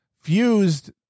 fused